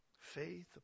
Faith